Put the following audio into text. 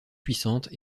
puissantes